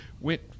Went